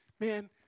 man